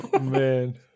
Man